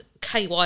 KY